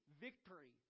victory